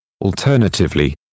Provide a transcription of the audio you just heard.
Alternatively